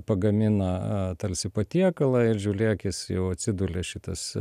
pagamina a tarsi patiekalą ir žiūlėk jis jau atsidulia šitas